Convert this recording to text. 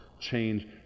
change